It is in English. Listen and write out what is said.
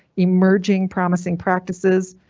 emerging promising practices,